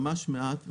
ממש מעט.